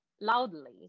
loudly